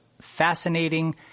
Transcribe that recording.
fascinating